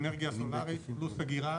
פלוס אגירה,